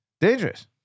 Dangerous